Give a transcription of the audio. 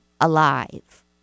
alive